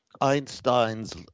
Einstein's